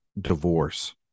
divorce